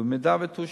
ואם היא תאושר,